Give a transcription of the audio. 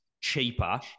cheaper